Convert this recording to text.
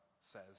says